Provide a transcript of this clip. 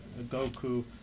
Goku